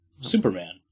Superman